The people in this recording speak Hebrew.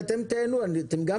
ליהנות.